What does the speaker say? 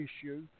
issue